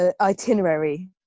itinerary